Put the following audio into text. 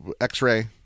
x-ray